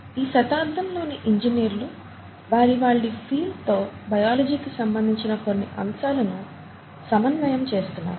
ఈ శతాబ్దంలోని ఇంజినీర్లు వారి వారి ఫీల్డ్ తో బయాలజీ కి సంబందించిన కొన్ని అంశాలను సమన్వయము చేస్తున్నారు